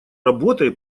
работой